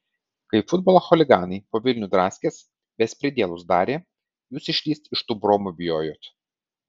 kai futbolo chuliganai po vilnių draskės bespridielus darė jūs išlįst iš tų bromų bijojot